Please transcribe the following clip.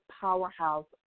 powerhouse